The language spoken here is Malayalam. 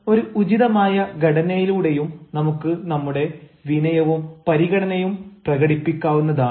എന്നാൽ ഒരു ഉചിതമായ ഘടനയിലൂടെയും നമുക്ക് നമ്മുടെ വിനയവും പരിഗണനയും പ്രകടിപ്പിക്കാവുന്നതാണ്